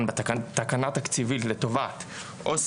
בתכנית הפעולה ל-2022.